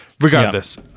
regardless